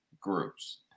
groups